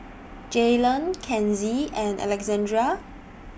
Jaylan Kenzie and Alexandrea